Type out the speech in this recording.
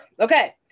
okay